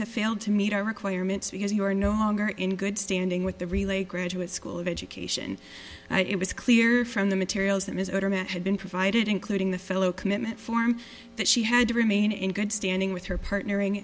have failed to meet our requirements because you are no longer in good standing with the relay graduate school of education it was clear from the materials that his older men had been provided including the fellow commitment form that she had to remain in good standing with her partnering